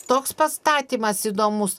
toks pastatymas įdomus